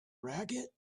racket